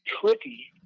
tricky